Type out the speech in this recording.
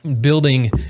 building